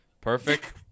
Perfect